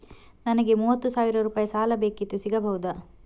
ನನಗೆ ಮೂವತ್ತು ಸಾವಿರ ರೂಪಾಯಿ ಸಾಲ ಬೇಕಿತ್ತು ಸಿಗಬಹುದಾ?